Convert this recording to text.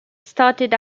started